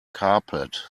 carpet